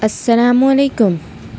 السلام علیکم